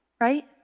Right